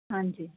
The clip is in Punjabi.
ਹਾਂਜੀ